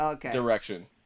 direction